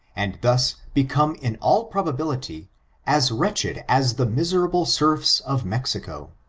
and thus become in all propability as wretched as the miserable serfs of mexico.